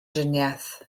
driniaeth